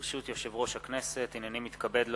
ברשות היושב-ראש, הנני מתכבד להודיעכם,